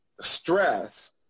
Stress